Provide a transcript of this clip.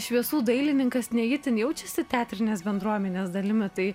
šviesų dailininkas ne itin jaučiasi teatrinės bendruomenės dalimi tai